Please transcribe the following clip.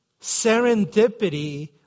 Serendipity